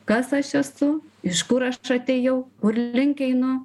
kas aš esu iš kur aš atėjau kurlink einu